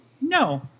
No